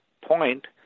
point